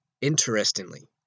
interestingly